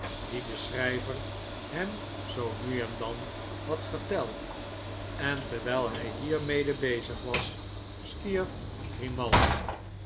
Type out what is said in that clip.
die de schrijver hem zoo nu en dan had verteld en terwijl hij hiermede bezig was stierf